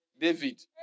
David